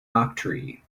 octree